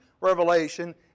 revelation